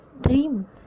dream